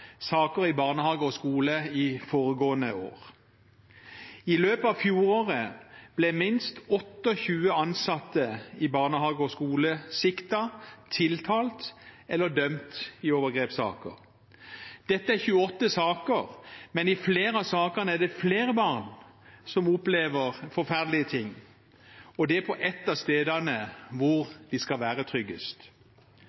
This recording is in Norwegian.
saker i barnehage og skole i foregående år. I løpet av fjoråret ble minst 28 ansatte i barnehage og skole siktet, tiltalt eller dømt i overgrepssaker. Det er 28 saker, men i flere av sakene er det flere barn som opplever forferdelige ting – og det på et av stedene hvor